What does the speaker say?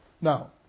Now